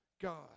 God